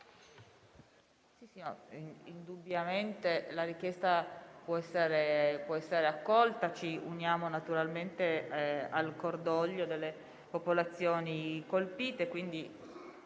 Indubbiamente la richiesta può essere accolta. Ci uniamo naturalmente al cordoglio delle popolazioni colpite e, quindi,